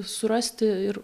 surasti ir